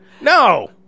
No